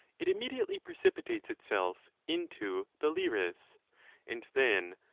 it immediately precipitates itself into the liris and then,